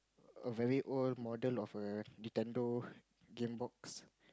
a very old modern of a Nintendo game box